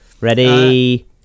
Ready